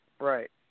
Right